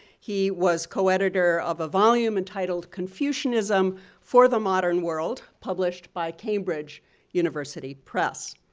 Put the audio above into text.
he was co-editor of a volume entitled confucianism for the modern world published by cambridge university press.